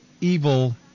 evil